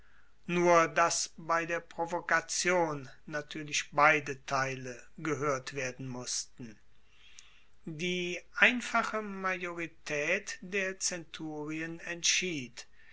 nur dass bei der provokation natuerlich beide teile gehoert werden mussten die einfache majoritaet der zenturien entschied